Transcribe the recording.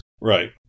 Right